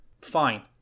fine